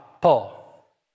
Paul